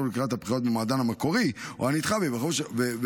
לקראת הבחירות במועדן המקורי או הנדחה,